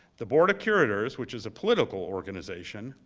the board of curators, which is a political organization,